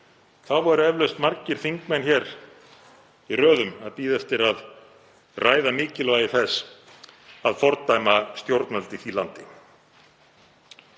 biðu eflaust margir þingmenn hér í röðum eftir að ræða mikilvægi þess að fordæma stjórnvöld í því landi.